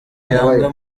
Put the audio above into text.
yanga